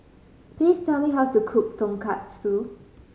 please tell me how to cook Tonkatsu